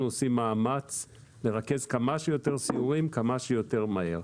אנחנו עושים מאמץ לרכז כמה שיותר סיורים כמה שיותר מהר.